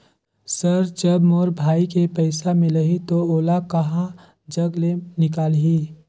Sir जब मोर भाई के पइसा मिलही तो ओला कहा जग ले निकालिही?